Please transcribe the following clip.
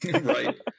Right